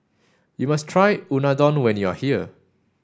you must try Unadon when you are here